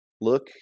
look